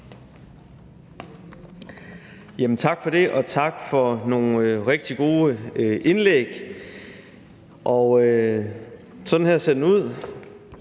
Tak for det, og tak for nogle rigtig gode indlæg, og sådan ser den ud: